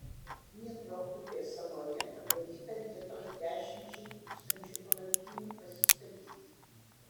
dniepro upės saloje padaryta vietos dešimčiai tūkstančių palapinių pasistatyti